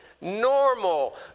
normal